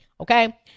okay